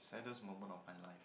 saddest moment of my life